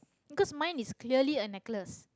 because mine is clearly a necklace